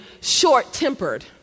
short-tempered